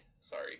Sorry